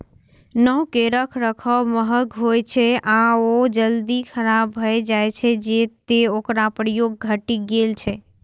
नाव के रखरखाव महग होइ छै आ ओ जल्दी खराब भए जाइ छै, तें ओकर प्रयोग घटि गेल छै